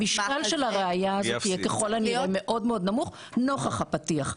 המשקל של הראיה הזאת יהיה ככל הנראה מאוד מאוד נמוך נוכח הפתיח.